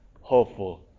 hopeful